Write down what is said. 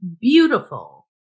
beautiful